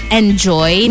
enjoy